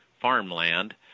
farmland